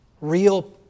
real